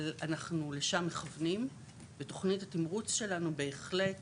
אבל אנחנו לשם מכוונים בתוכנית התמרוץ שלנו בהחלט